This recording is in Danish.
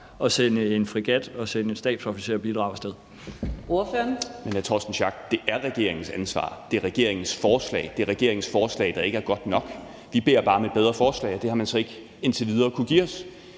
og sende en fregat og sende et stabsofficerbidrag af sted.